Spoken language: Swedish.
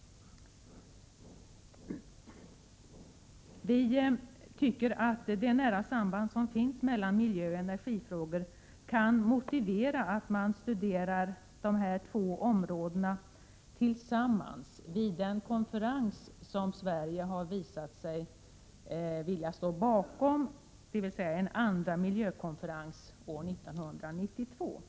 Vi tycker att det nära samband som finns mellan miljöoch energifrågor kan motivera att man studerar dessa två områden tillsammans vid den andra miljökonferens som Sverige har förklarat sig villigt att anordna 1992.